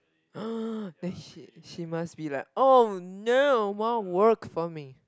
then she she must be like oh no more work for me